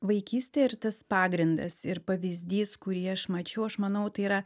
vaikystė ir tas pagrindas ir pavyzdys kurį aš mačiau aš manau tai yra